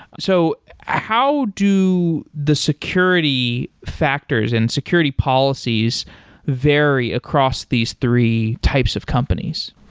so how do the security factors and security policies vary across these three types of companies?